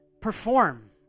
perform